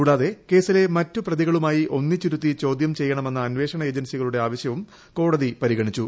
കൂടാതെ കേസിലെ മറ്റു പ്രതികളുമായി ഒന്നിച്ചിരുത്തി ചോദ്യം ചെയ്യണമെന്ന അന്വേഷണ ഏജൻസികളുടെ ആവശ്യവും കോടതി പരിഗണിച്ചു